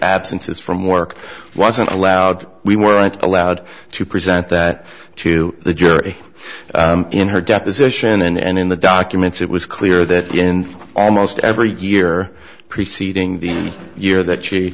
absences from work wasn't allowed we weren't allowed to present that to the jury in her deposition and in the documents it was clear that in almost every year preceding the year that she